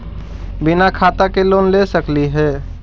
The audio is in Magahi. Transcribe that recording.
बिना खाता के लोन ले सकली हे?